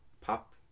Pop